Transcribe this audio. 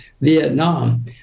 Vietnam